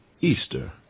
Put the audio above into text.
Easter